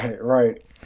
Right